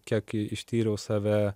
kiek ištyriau save